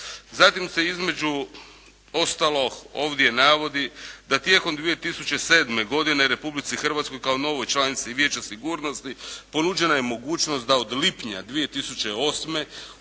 Zatim se između ostalog ovdje navodi da tijekom 2007. godine Republici Hrvatskoj kao novoj članici Vijeća sigurnosti ponuđena je mogućnost da od lipnja 2008. u